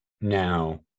now